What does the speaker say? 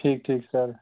ਠੀਕ ਠੀਕ ਸਰ